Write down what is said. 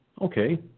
okay